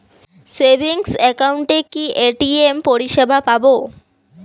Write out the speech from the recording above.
Savings একাউন্টে কি ATM পরিসেবা পাব?